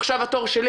עכשיו התור שלי".